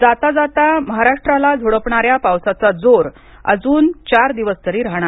जाता जाता महाराष्ट्राला झोडपणाऱ्या पावसाचा जोर अजून चार दिवस तरी राहणार